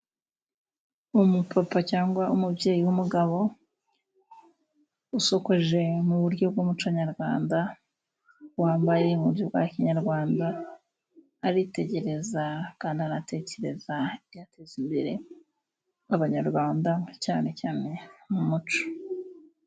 Umupapa cyangwa umubyeyi w'umugabo usokuje mu buryo bw'umuco nyarwanda, wambaye mu buryo bwa kinyarwanda, aritegereza kandi anatekereza ibyateza imbere abanyarwanda cyane cyane mu muco.